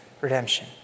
redemption